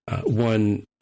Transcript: one